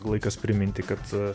laikas priminti kad